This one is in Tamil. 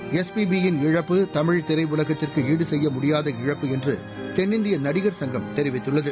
செகண்ட்ஸ் எஸ்பிபி யின் இழப்பு தமிழ் திரையுலகிற்கு ஈடு செய்ய முடியாத இழப்பு என்று தென்னிந்திய நடிகர் சங்கம் தெரிவித்துள்ளது